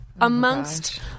amongst